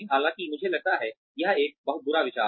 हालांकि मुझे लगता है यह एक बहुत बुरा विचार है